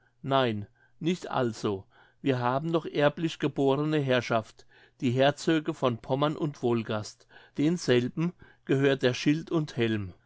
nein nicht also wir haben noch erblich geborne herrschaft die herzöge von pommern und wolgast denselben gehört der schild und helm